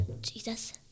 Jesus